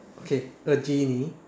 okay a genie